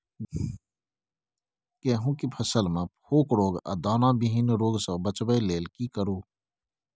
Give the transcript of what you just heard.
गेहूं के फसल मे फोक रोग आ दाना विहीन रोग सॅ बचबय लेल की करू?